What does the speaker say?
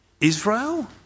Israel